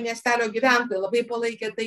miestelio gyventojai labai palaikė tą